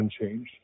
unchanged